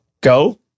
go